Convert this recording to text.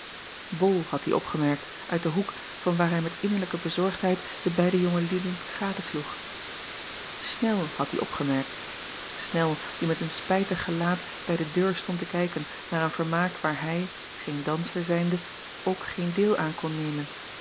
ol had die opgemerkt uit den hoek vanwaar hij met innerlijke bezorgdheid de beide jonge lieden gadesloeg nel had die opgemerkt nel die met een spijtig gelaat bij de deur stond te kijken naar een vermaak waar hij geen danser zijnde ook geen deel aan kon nemen